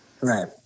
Right